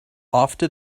after